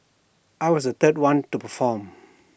I was the third one to perform